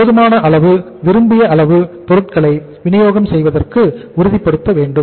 போதுமான அளவு விரும்பிய அளவு பொருட்களை வினியோகம் செய்வதற்கு உறுதிப்படுத்த வேண்டும்